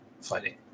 fighting